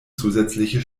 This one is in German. zusätzliche